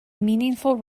meaningful